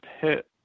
hit